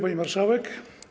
Pani Marszałek!